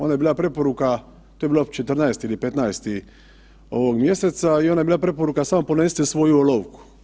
Onda je bila preporuka, to je bio 14. ili 15. ovog mjeseca i onda je bila preporuka samo ponesite svoju olovku.